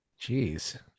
Jeez